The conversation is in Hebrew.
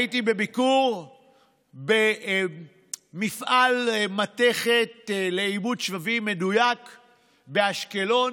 הייתי בביקור במפעל מתכת לעיבוד שבבי מדויק באשקלון,